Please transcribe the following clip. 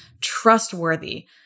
trustworthy